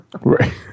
Right